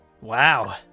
wow